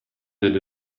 did